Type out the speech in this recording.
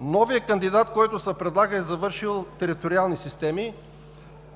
Новият кандидат, който се предлага, е завършил „Териториални системи“,